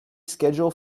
schedule